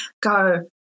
go